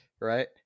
right